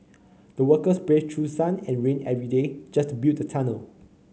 the workers braved through sun and rain every day just to build the tunnel